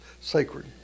sacred